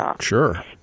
sure